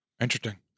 Interesting